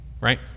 right